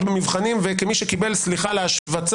במבחנים וכמי שקיבל סליחה על שאני משוויץ